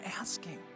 asking